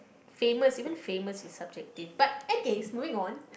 famous even famous is subjective but end case moving on